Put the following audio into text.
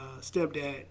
stepdad